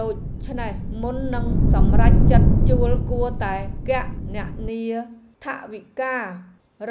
ដូច្នេះមុននឹងសម្រេចចិត្តជួលគួរតែគណនាថវិការ